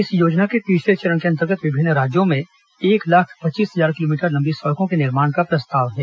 इस योजना के तीसरे चरण के अंतर्गत विभिन्न राज्यों में एक लाख पच्चीस हजार किलोमीटर लम्बी सड़कों के निर्माण का प्रस्ताव है